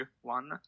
one